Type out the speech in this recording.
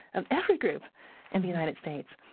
of every group in the united states,